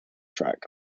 track